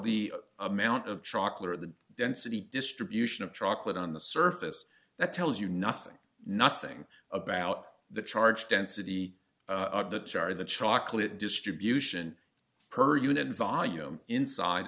the amount of chocolate or the density distribution of chocolate on the surface that tells you nothing nothing about the charge density of the char the chocolate distribution per unit volume inside